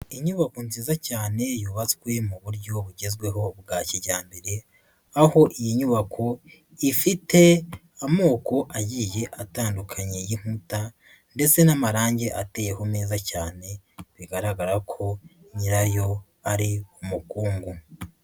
Inyubako nziza cyane yubatswe mu buryo bugezweho bwa kijyambere, aho iyi nyubako ifite amoko agiye atandukanye y'inkuta ndetse n'amarangi ateyeho neza cyane, bigaragara ko nyirayo ari umukungu.